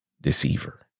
deceiver